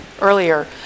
earlier